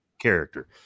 character